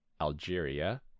Algeria